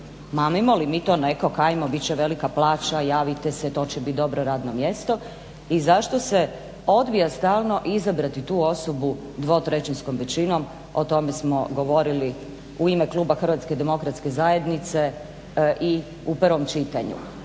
Mamimo li mi to nekog, ajmo bit će velika plaća, javite se, to će bit dobro radno mjesto i zašto se odbija stalno izabrati tu osobu 2/3-skom većinom. O tome smo govorili u ime kluba HDZ-a i u prvom čitanju.